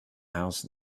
house